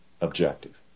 objective